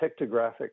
pictographic